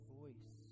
voice